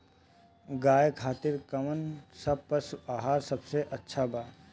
गाय खातिर कउन सा पशु आहार सबसे अच्छा बा?